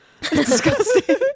disgusting